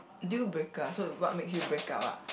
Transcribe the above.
deal breaker so what makes you break up !wah!